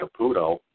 Caputo